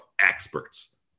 experts